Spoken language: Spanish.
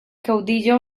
caudillo